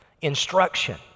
instruction